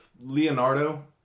Leonardo